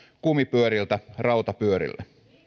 kumipyöriltä rautapyörille